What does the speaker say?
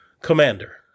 commander